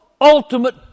ultimate